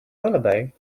lullaby